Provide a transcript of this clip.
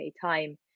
time